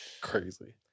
Crazy